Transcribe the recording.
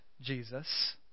Jesus